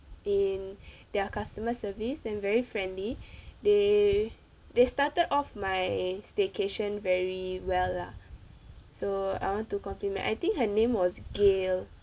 in their customer service and very friendly they they started off my staycation very well lah so I want to compliment I think her name was gail